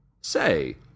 Say